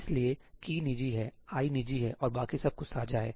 इसलिए की'key' निजी है आई निजी है और बाकी सब कुछ साझा है